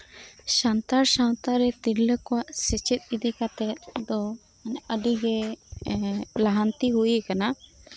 ᱥᱟᱱᱛᱟᱲ ᱥᱟᱶᱛᱟᱨᱮ ᱛᱤᱨᱞᱟᱹ ᱠᱩᱣᱟᱜ ᱥᱮᱪᱮᱫ ᱤᱫᱤ ᱠᱟᱛᱮ ᱫᱚ ᱟᱹᱰᱤᱜᱮ ᱞᱟᱦᱟᱱᱛᱤ ᱦᱩᱭ ᱟᱠᱟᱱᱟ